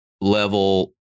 level